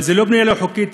אבל זה לא בנייה לא חוקית,